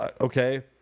Okay